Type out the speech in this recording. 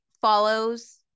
follows